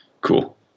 Cool